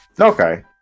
Okay